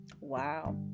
Wow